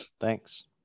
Thanks